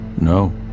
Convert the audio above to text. No